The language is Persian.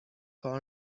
کار